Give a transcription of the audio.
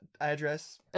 address